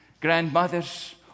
grandmothers